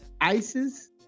Isis